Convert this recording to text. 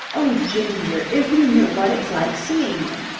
oh, ginger! if you knew what it's like seeing you!